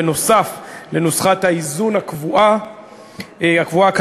בנוסף לנוסחת האיזון הקבועה כיום,